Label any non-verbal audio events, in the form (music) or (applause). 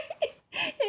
(laughs)